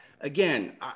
Again